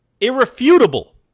Irrefutable